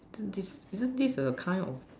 isn't this isn't this a kind of